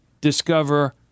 discover